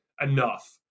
enough